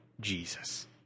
Jesus